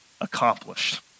accomplished